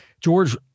George